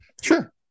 Sure